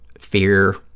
fear